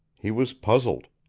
he was puzzled.